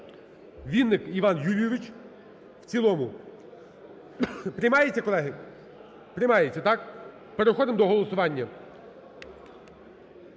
Вінник Іван Юрійович, в цілому. Приймається, колеги? Приймається, так? Переходимо до голосування.